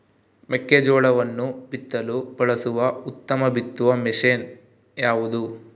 ಮೆಕ್ಕೆಜೋಳವನ್ನು ಬಿತ್ತಲು ಬಳಸುವ ಉತ್ತಮ ಬಿತ್ತುವ ಮಷೇನ್ ಯಾವುದು?